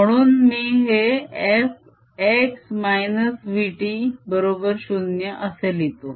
म्हणून मी हे f x -vt 0 असे लिहितो